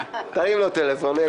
תרים לו טלפון.